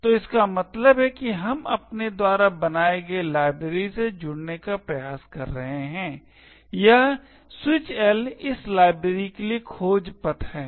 तो इसका मतलब है कि हम अपने द्वारा बनाए गए लाइब्रेरी से जुड़ने का प्रयास कर रहे हैं यह L इस लाइब्रेरी के लिए खोज पथ है